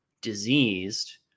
diseased